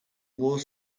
more